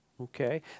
Okay